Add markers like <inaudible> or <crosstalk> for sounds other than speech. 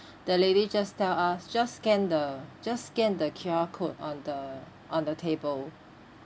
<breath> the lady just tell us just scan the just scan the Q_R code on the on the table